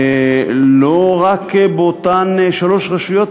לא רק באותן שלוש רשויות,